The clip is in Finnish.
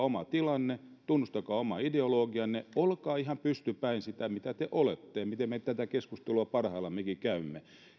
oma tilanne tunnustakaa oma ideologianne olkaa ihan pystypäin sitä mitä te olette siinä miten me tätä keskustelua parhaillammekin käymme